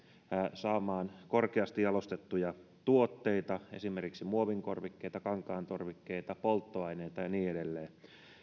saamaan korkeasti jalostettuja tuotteita esimerkiksi muovin korvikkeita kankaan korvikkeita polttoaineita ja niin edelleen